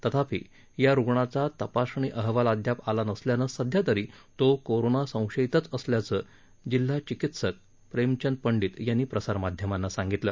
तथापी या रुग्णाचा तपासणी अहवाल अद्याप आला नसल्यानं सध्या तरी तो कोरोना संशयितच असल्याचं जिल्हा चिकित्सक प्रेमचंद पंडित यांनी प्रसारमाध्यमांना सांगितलं